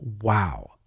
wow